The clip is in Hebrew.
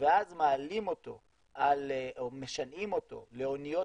ואז מעלים אותו או משנעים אותו לאוניות